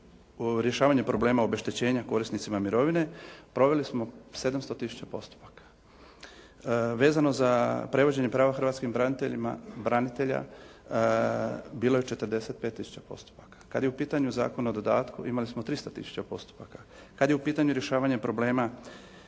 rješavanje problema obeštećenja korisnicima mirovine. Proveli smo 700000 postupaka. Vezano za prevođenje prava hrvatskim braniteljima branitelja bilo je 45000 postupaka. Kada je u pitanju Zakon o dodatku imali smo 300000 postupaka. Kada je u pitanju rješavanje problema